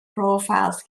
profiles